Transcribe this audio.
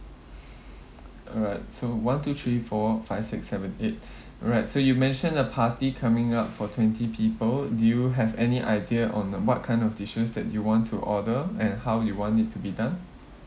alright so one two three four five six seven eight alright so you mentioned a party coming up for twenty people do you have any idea on the what kind of dishes that you want to order and how you want it to be done